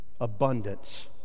abundance